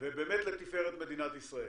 ובאמת לתפארת מדינת ישראל.